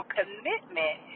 commitment